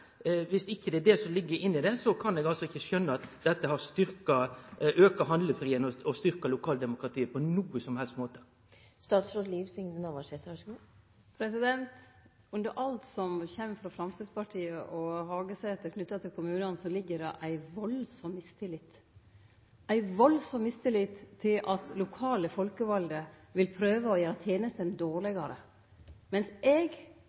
Er det dette som ligg inne i dette? Viss det ikkje er det, kan eg ikkje skjønne at dette har auka handlefridomen og styrkt lokaldemokratiet på nokon som helst måte. Under alt som kjem frå Hagesæter og Framstegspartiet knytt til kommunane, ligg det ei veldig mistillit – ei veldig mistillit til at dei lokale folkevalde vil prøve å gjere tenestene dårlegare. Eg,